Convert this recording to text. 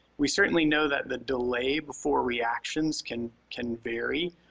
we certainly know that the delay before reactions can can vary.